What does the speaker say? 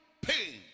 Pain